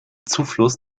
zufluss